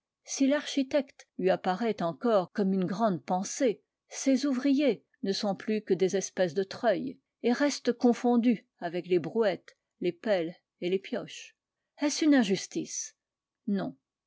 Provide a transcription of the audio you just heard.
si l'architecte lui apparaît encore comme une grande pensée ses ouvriers ne sont plus que des espèces de treuils et restent confondus avec les brouettes les pelles et les pioches est-ce une injustice non